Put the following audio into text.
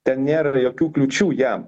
ten nėra jokių kliūčių jam